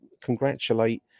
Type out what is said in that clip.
congratulate